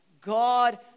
God